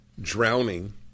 drowning